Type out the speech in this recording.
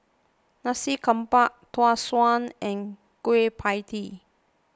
Nasi Campur Tau Suan and Kueh Pie Tee